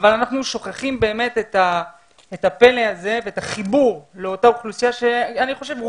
אבל אנחנו שוכחים באמת את הפלא הזה ואת החיבור לאותה אוכלוסייה שרובנו,